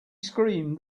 screamed